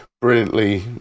brilliantly